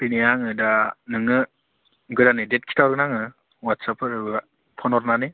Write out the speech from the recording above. फैनाया आङो दा नोंनो गोदानै देट खिथाहरगोन आङो वाटसापफोर फ'न हरनानै